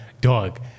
dog